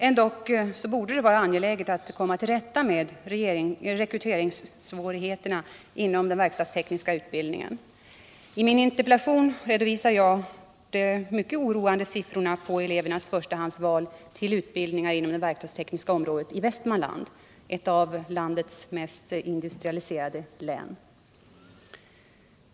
Ändock borde det vara angeläget att komma till rätta med rekryteringssvårigheterna inom den verkstadstekniska utbildningen. I min interpellation redovisade jag de mycket oroande siffrorna på elevernas förstahandsval till utbildningar inom det verkstadstekniska området i Västmanland, ett av landets mest industrialiserade län.